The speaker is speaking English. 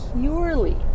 purely